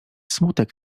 smutek